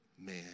Man